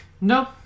no